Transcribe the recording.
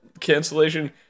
cancellation